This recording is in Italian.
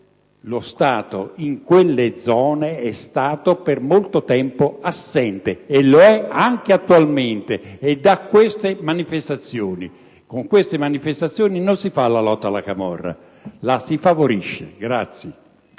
quando in quelle zone lo Stato è stato per molto tempo assente, e lo è anche attualmente, e dà queste manifestazioni. Con queste manifestazioni non si fa la lotta alla camorra, ma la si favorisce!